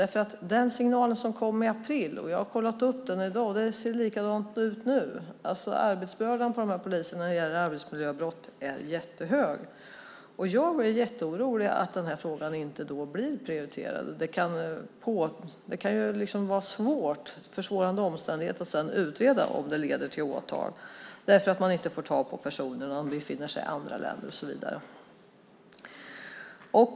Den signal som kom i april - jag har kollat upp det, och det ser likadant ut nu - var att arbetsbördan på poliserna när det gäller arbetsmiljöbrott är jättehög. Jag blir jätteorolig att den här frågan då inte blir prioriterad. Det kan ju vara en försvårande omständighet att sedan utreda om det leder till åtal därför att man inte får tag på personer som befinner sig i andra länder och så vidare.